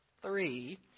three